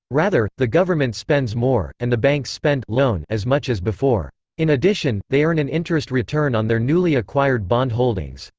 rather, the government spends more, and the banks spend as much as before. in addition, they earn an interest return on their newly acquired bond holdings.